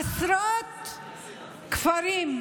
עשרות כפרים,